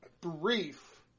brief